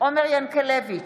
עומר ינקלביץ'